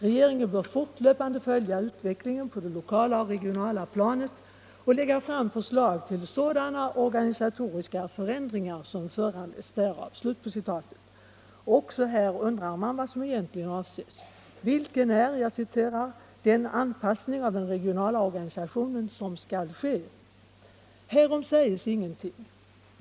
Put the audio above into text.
Regeringen bör fortlöpande följa utvecklingen på det lokala och regionala planet och lägga fram förslag till sådana organisatoriska förändringar som föranleds härav.” Också här undrar man vad som egentligen avses. Vilken är den ”anpassning av den regionala organisationen” som skall ske? Härom säges ingenting.